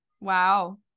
wow